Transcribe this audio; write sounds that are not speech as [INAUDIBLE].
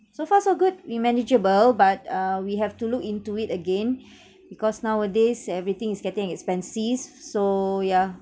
so far so good we manageable but err we have to look into it again [BREATH] because nowadays everything is getting expensive so yeah